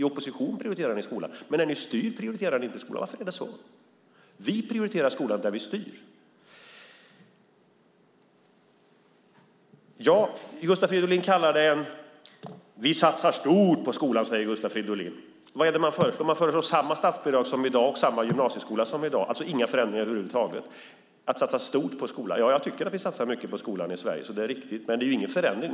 I opposition prioriterar ni skolan, men när ni styr prioriterar ni inte skolan. Varför är det så? Vi prioriterar skolan där vi styr. Gustav Fridolin säger: Vi satsar stort på skolan. Vad är det man föreslår? Man föreslår samma statsbidrag som i dag och samma gymnasieskola som i dag, alltså inga förändringar över huvud taget. Att satsa stort på skolan - ja, jag tycker att vi satsar mycket på skolan i Sverige, så det är riktigt. Men det är ingen förändring.